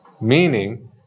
Meaning